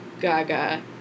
Gaga